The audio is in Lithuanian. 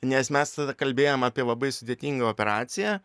nes mes tada kalbėjom apie labai sudėtingą operaciją